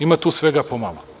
Ima tu svega pomalo.